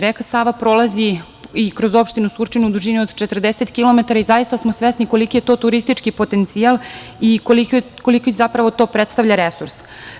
Reka Sava prolazi i kroz opštinu Surčin u dužini od 40 kilometara i zaista smo svesni koliki je to turistički potencijal i koliko zapravo to predstavlja resurs.